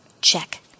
Check